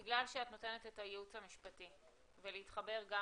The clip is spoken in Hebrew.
בגלל שאת נותנת את הייעוץ המשפטי ולהתחבר גם